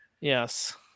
Yes